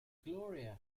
gloria